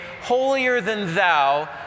holier-than-thou